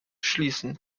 schließen